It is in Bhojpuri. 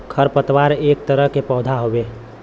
खर पतवार एक तरह के पौधा हउवे